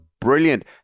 brilliant